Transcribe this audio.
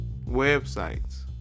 websites